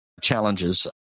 challenges